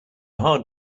hard